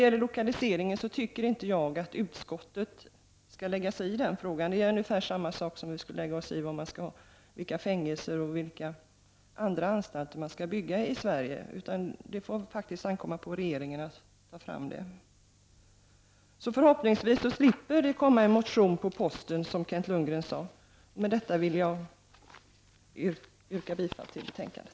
Frågan om lokaliseringen tycker inte jag att utskottet skall lägga sig i. Det vore ungefär samma sak som att lägga sig i vilka fängelser och andra anstalter som skall byggas i Sverige. Det får ankomma på regeringen att besluta om detta. Förhoppningsvis slipper vi därmed få en motion som ett brev på posten, som Kent Lundgren sade. Med detta vill jag ånyo yrka bifall till betänkandet.